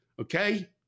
okay